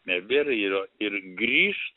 nebėra ir o ir grįšt